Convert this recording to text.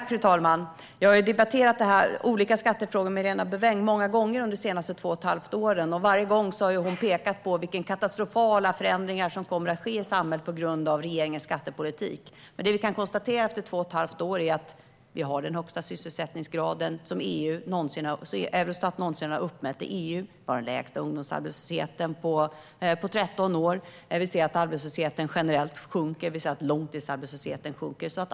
Fru talman! Jag har debatterat olika skattefrågor med Helena Bouveng många gånger under de senaste två och ett halvt åren, och varje gång har hon pekat på de katastrofala förändringar som kommer att ske i samhället på grund av regeringens skattepolitik. Det vi kan konstatera efter två och ett halvt år är att vi har den högsta sysselsättningsgrad som Eurostat någonsin har uppmätt i EU, och att vi har den lägsta ungdomsarbetslösheten på 13 år. Vi ser att arbetslösheten generellt sjunker, och vi ser att även långtidsarbetslösheten sjunker.